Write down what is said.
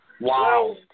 Wow